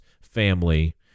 family